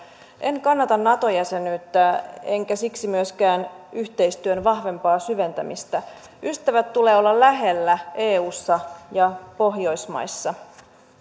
en kannata nato jäsenyyttä enkä siksi myöskään yhteistyön vahvempaa syventämistä ystävien tulee olla lähellä eussa ja pohjoismaissa